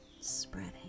spreading